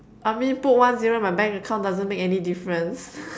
I mean put one zero my bank account doesn't make any difference